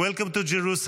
Welcome to Jerusalem.